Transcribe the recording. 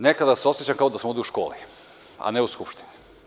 Nekada se osećam kao da sam ovde u školi, a ne u Skupštini.